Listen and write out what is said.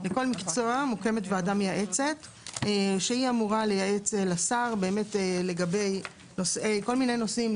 לכל מקצוע מוקמת ועדה מייעצת שהיא אמורה לייעץ לשר לגבי כל מיני נושאים,